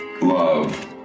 love